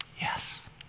yes